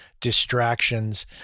distractions